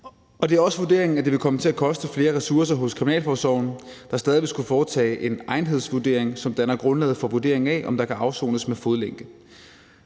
Det er også vurderingen, at det vil komme til at koste flere ressourcer hos kriminalforsorgen, der stadig vil skulle foretage den egnethedsvurdering, som danner grundlaget for vurderingen af, om der kan afsones med fodlænke.